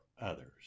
others